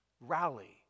rally